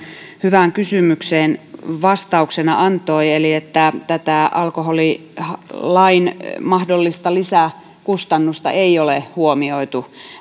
hyvään kysymykseen vastauksena antoi eli että alkoholilain mahdollista lisäkustannusta ei ole huomioitu nyt